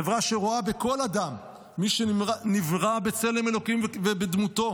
חברה שרואה בכל אדם מי שנברא בצלם אלוקים ובדמותו.